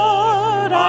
Lord